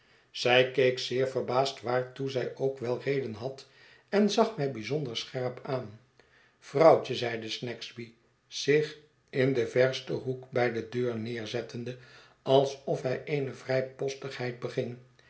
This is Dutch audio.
zij keek zeer verbaasd waartoe zij ook wel reden had en zag mij bijzonder scherp aan vrouwtje zeide snagsby zich in den versten hoek bij de deur neerzettende alsof hij eene vrijpostigheid beging